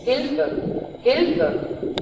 hilfe hilfe